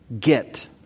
Get